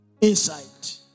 insight